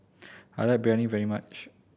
I like Biryani very much